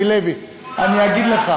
אני אגיד לך